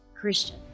Christian